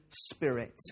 spirit